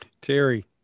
Terry